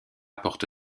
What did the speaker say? porte